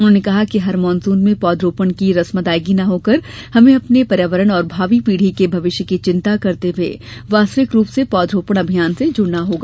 उन्होंने कहा कि हर मानसून में पौध रोपण की रस्म अदायगी न होकर हमें अपने पर्यावरण और भावी पीढ़ी के भविष्य की चिंता करते हुए वास्तविक रूप से पौध रोपण अभियान से जुड़ना होगा